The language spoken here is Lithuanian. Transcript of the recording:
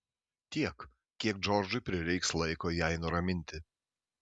tiek kiek džordžui prireiks laiko jai nuraminti